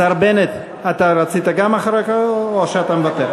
השר בנט, אתה רצית גם או שאתה מוותר?